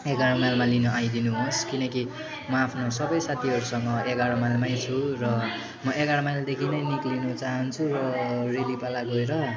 एघार माइलमा लिनु आइदिनुहोस् किनकि म आफ्नो सबै साथाहरूसँग एघार माइलमै छु र म एघार माइलदेखि नै निक्लिनु चहान्छु रेली पाला गएर